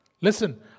Listen